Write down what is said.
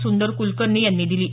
सुंदर कुलकर्णी यांनी दिली आहे